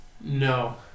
No